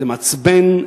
זה מעצבן,